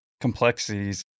complexities